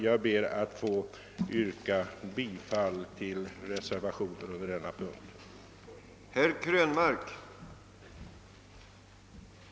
Jag ber att få yrka bifall till reservationen 6 vid punkten 29.